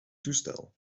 toestel